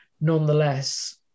Nonetheless